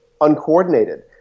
uncoordinated